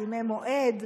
בימי מועד.